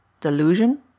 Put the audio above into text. Delusion